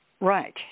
Right